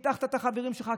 הדחת את החברים שלך,